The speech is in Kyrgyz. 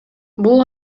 бул